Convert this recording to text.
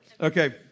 Okay